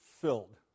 filled